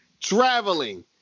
traveling